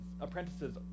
apprentices